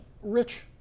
Rich